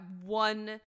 one